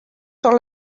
sur